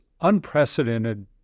unprecedented